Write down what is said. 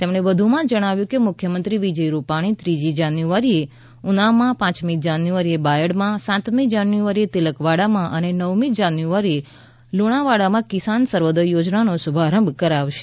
તેમણે વધુમાં જણાવ્યું કે મુખ્યમંત્રી વિજય રૂપાણી ત્રીજી જાન્યુઆરીએ ઉનામાં પાંચમી જાન્યુઆરીએ બાયડમાં સાતમી જાન્યુઆરીએ તિલકવાડામાં અને નવમી જાન્યુઆરીએ લુણાવાડામાં કિસાન સર્વોદય યોજનાનો શુભારંભ કરાવશે